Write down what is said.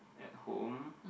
at home